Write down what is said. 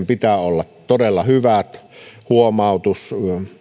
pitää olla todella hyvät huomautus